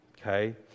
okay